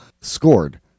scored